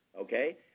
Okay